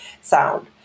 sound